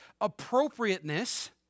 Appropriateness